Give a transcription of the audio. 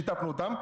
שיתפנו אותם,